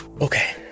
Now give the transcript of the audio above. Okay